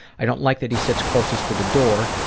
i don't like that he sits closest to the door.